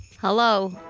Hello